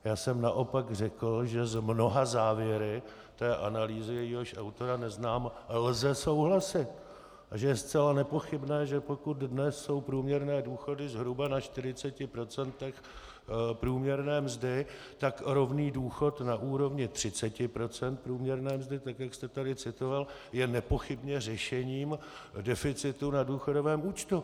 Já jsem naopak řekl, že s mnoha závěry té analýzy, jejíhož autora neznám, lze souhlasit a že je zcela nepochybné, že pokud dnes jsou průměrné důchody zhruba na 40 % průměrné mzdy, tak rovný důchod na úrovni 30 % průměrné mzdy, jak jste tady citoval, je nepochybně řešením deficitu na důchodovém účtu.